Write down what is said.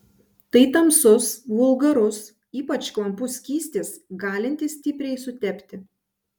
tai tamsus vulgarus ypač klampus skystis galintis stipriai sutepti